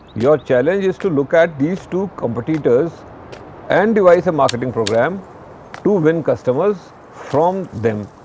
your challenge is to look at these two competitors and devise a marketing program to win customers from them.